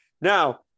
now